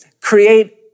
create